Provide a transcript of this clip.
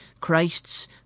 Christ's